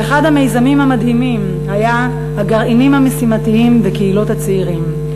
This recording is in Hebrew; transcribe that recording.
ואחד המיזמים המדהימים היה הגרעינים המשימתיים בקהילות הצעירים.